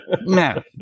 No